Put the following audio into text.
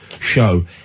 show